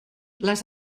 les